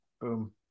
boom